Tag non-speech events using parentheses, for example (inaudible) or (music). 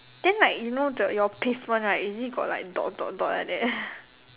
then like you know the your pavement right is it got like dot dot dot like that (laughs)